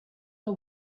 are